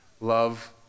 love